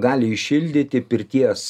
gali įšildyti pirties